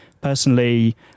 personally